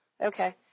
Okay